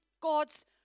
God's